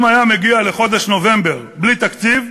אם היה מגיע לחודש נובמבר בלי תקציב,